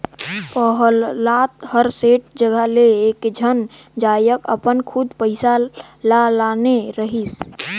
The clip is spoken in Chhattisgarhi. पहलाद ह सेठ जघा ले एकेझन जायके अपन खुद पइसा ल लाने रहिस